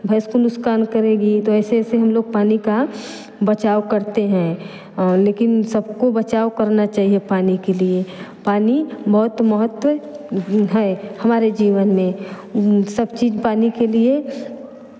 भैंस को नुकसान करेगी तो ऐसे ऐसे हम लोग पानी का बचाव करते हैं लेकिन सबको बचाव करना चाहिए पानी के लिए पानी बहुत महत्व है हमारे जीवन में सब चीज़ पानी के लिए